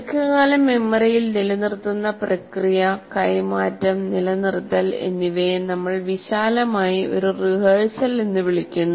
ദീർഘകാല മെമ്മറിയിൽ നിലനിർത്തുന്ന പ്രക്രിയ കൈമാറ്റം നിലനിർത്തൽ എന്നിവയെ നമ്മൾ വിശാലമായി ഒരു റിഹേഴ്സൽ എന്ന് വിളിക്കുന്നു